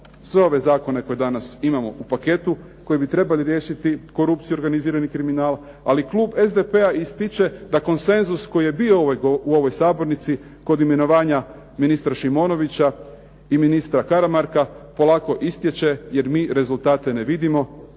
sve ove zakone koje danas imamo u paketu koji bi trebali riješiti korupciju i organizirani kriminal ali klub SDP-a ističe da konsenzus koji je bio u ovoj sabornici kod imenovanja ministra Šimonovića i ministra Karamarka polako istječe jer mi rezultate ne vidimo